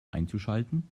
einzuschalten